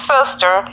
Sister